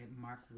Mark